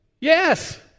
Yes